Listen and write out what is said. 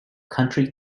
country